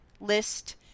list